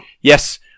yes